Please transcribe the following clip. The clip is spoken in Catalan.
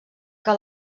que